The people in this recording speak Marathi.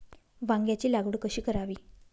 वांग्यांची लागवड कशी करावी?